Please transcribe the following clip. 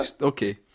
Okay